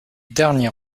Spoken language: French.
dernier